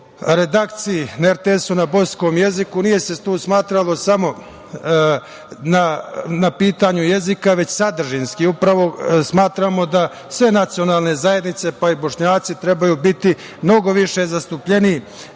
redakciji na RTS na bosanskom jeziku, nije se tu smatralo samo na pitanju jezika, već sadržinski, upravo, smatramo da sve nacionalne zajednice pa i Bošnjaci trebaju biti mnogo više zastupljeniji